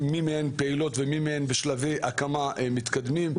מי מהן פעילות ומי ומהן בשלבי הקמה מתקדמים.